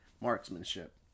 marksmanship